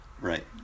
Right